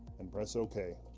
and press ok.